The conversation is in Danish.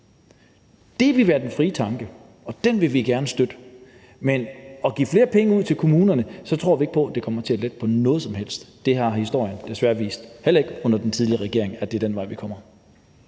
Det vil være den frie tanke, og den vil vi gerne støtte. Men at give flere penge ud til kommunerne tror vi ikke på kommer til at lette noget som helst. Det har historien desværre vist – det skete heller ikke under den tidligere regering – altså at det er den vej, vi kommer.